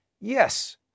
Yes